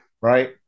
Right